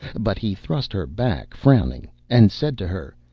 but he thrust her back frowning, and said to her,